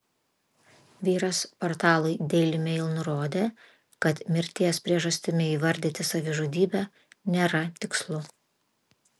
vyras portalui daily mail nurodė kad mirties priežastimi įvardyti savižudybę nėra tikslu